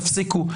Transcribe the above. תפסיקו.